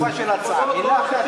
מילה אחת לא הייתה לגופה של ההצעה.